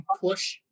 push